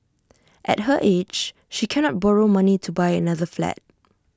at her age she cannot borrow money to buy another flat